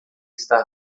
estar